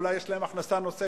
אולי יש להם הכנסה נוספת,